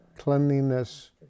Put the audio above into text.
cleanliness